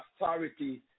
authority